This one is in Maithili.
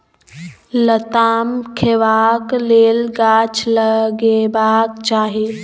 लताम खेबाक लेल गाछ लगेबाक चाही